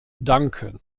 danken